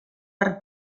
per